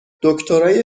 دکترای